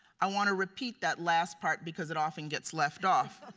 i want to repeat that last part because it often gets left off.